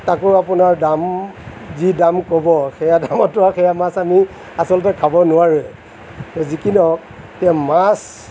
তাকো আপোনাৰ দাম যি দাম ক'ব সেয়া দামতো আৰু সেয়া মাছ আনি আচলতে খাব নোৱাৰি যি কি নহওক এতিয়া মাছ